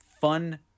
fun